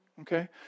Okay